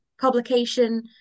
publication